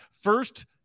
First